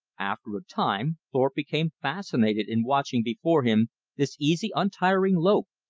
after a time thorpe became fascinated in watching before him this easy, untiring lope,